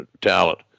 talent